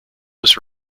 was